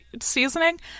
seasoning